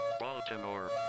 Baltimore